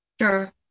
Sure